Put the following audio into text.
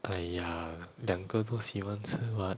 !aiya! 两个都喜欢吃 what